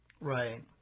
right